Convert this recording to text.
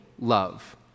love